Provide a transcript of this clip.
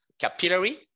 capillary